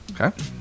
Okay